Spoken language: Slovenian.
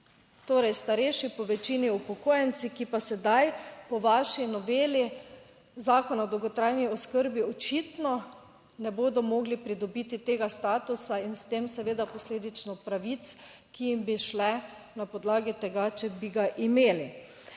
torej starejši, po večini upokojenci, ki pa sedaj po vaši noveli zakona o dolgotrajni oskrbi očitno ne bodo mogli pridobiti tega statusa in s tem seveda posledično pravic, ki jim bi šle na podlagi tega, če bi ga imeli.